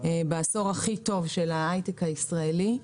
בעשור הכי טוב של ההייטק הישראלי,